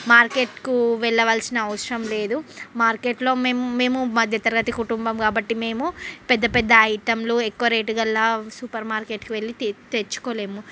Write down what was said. మార్కెట్కు వెళ్ళవలసిన అవసరం లేదు మార్కెట్లో మేము మేము మధ్యతరగతి కుటుంబం కాబట్టి మేము పెద్దపెద్ద ఐటమ్లు ఎక్కువ రేటుగల సూపర్ మార్కెట్కి వెళ్ళీ తె తెచ్చుకోలేము